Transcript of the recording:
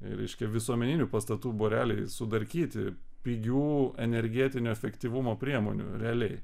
reiškia visuomeninių pastatų būreliai sudarkyti pigių energetinio efektyvumo priemonių realiai